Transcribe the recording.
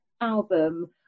album